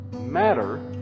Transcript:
Matter